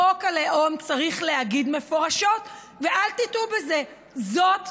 חוק הלאום צריך להגיד מפורשות, ואל תטעו בזה: זאת